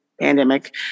pandemic